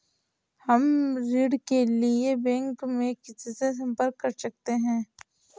हम ऋण के लिए बैंक में किससे संपर्क कर सकते हैं?